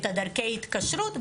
את דרכי ההתקשרות,